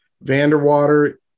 Vanderwater –